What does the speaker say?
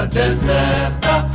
deserta